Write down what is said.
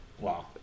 Wow